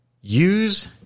Use